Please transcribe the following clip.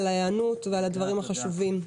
על ההיענות ועל הדברים החשובים.